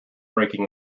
breaking